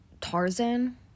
Tarzan